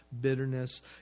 bitterness